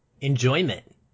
enjoyment